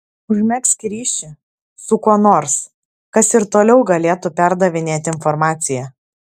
užmegzk ryšį su kuo nors kas ir toliau galėtų perdavinėti informaciją